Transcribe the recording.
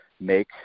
make